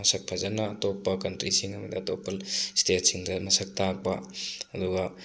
ꯃꯁꯛ ꯐꯖꯅ ꯑꯇꯣꯞꯄ ꯀꯟꯇ꯭ꯔꯤꯁꯤꯡ ꯑꯃꯗ ꯑꯇꯣꯞꯄ ꯁ꯭ꯇꯦꯠꯁꯤꯡꯗ ꯃꯁꯛ ꯇꯥꯛꯄ ꯑꯗꯨꯒ